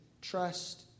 Trust